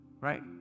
right